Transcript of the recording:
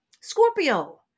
Scorpio